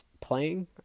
playing